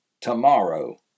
tomorrow